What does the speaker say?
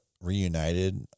reunited